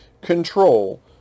control